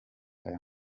aya